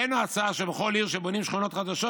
העלינו הצעה שבכל עיר שבונים שכונות חדשות